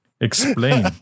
Explain